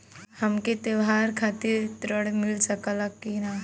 हमके त्योहार खातिर त्रण मिल सकला कि ना?